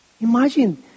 Imagine